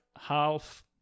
half